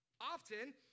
often